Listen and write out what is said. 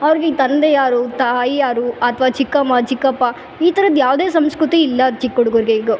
ಅವ್ರಿಗೆ ಈ ತಂದೆ ಯಾರು ತಾಯಿ ಯಾರು ಅಥ್ವ ಚಿಕ್ಕಮ್ಮ ಚಿಕ್ಕಪ್ಪ ಈ ಥರದ್ ಯಾವುದೇ ಸಂಸ್ಕೃತಿ ಇಲ್ಲ ಚಿಕ್ಕ ಹುಡುಗ್ರಿಗೆ ಇಗೊ